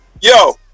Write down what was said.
Yo